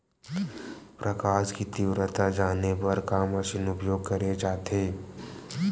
प्रकाश कि तीव्रता जाने बर का मशीन उपयोग करे जाथे?